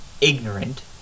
ignorant